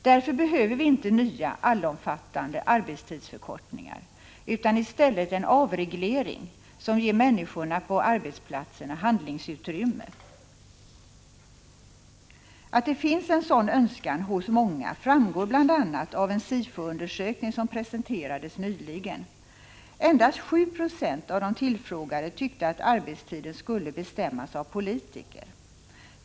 Därför behöver vi inte nya allomfattande arbetstidsförkortningar utan i stället en avreglering som ger människorna på arbetsplatserna handlingsutrymme. Att det finns en sådan önskan hos många framgår bl.a. av en SIFO undersökning som presenterades nyligen. Endast 7 96 av de tillfrågade tyckte att arbetstiden skulle bestämmas av politiker.